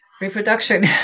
reproduction